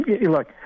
look